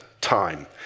time